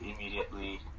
immediately